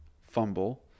fumble